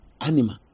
animal